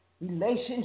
relationship